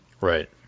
Right